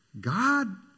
God